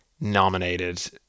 nominated